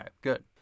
good